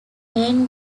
main